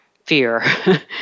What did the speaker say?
fear